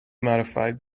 modified